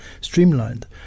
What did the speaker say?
streamlined